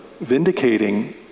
vindicating